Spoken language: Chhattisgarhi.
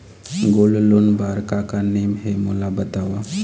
गोल्ड लोन बार का का नेम हे, मोला बताव?